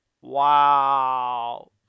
wow